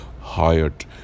hired